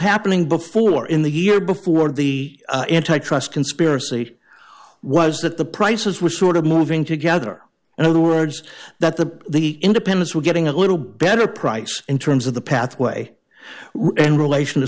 happening before in the year before the antitrust conspiracy was that the prices were sort of moving together and other words that the the independents were getting a little better price in terms of the pathway in relation to